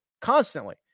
constantly